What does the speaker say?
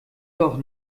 doch